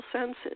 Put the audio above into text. senses